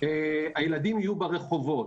הילדים יהיו ברחובות.